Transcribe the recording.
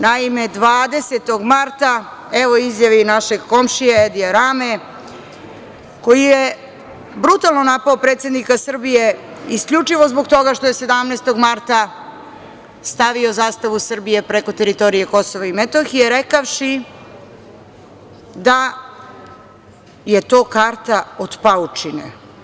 Naime, 20. marta, evo izjave i našeg komšije Edija Rame, koji je brutalno napao predsednika Srbije isključivo zbog toga što je 17. marta stavio zastavu Srbije preko teritorije Kosova i Metohije, rekavši da je to karta od paučine.